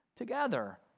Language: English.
together